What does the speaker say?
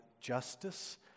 justice